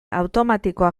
automatikoa